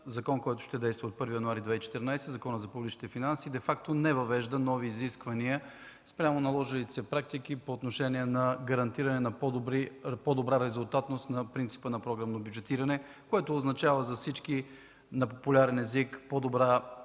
закон, който ще действа от 1 януари 2014 г. – Законът за публичните финанси, дефакто не въвежда нови изисквания спрямо наложилите се практики по отношение гарантиране на по-добра резултатност на принципа на програмно бюджетиране. Това за всички на популярен език означава